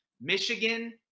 Michigan